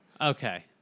Okay